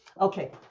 Okay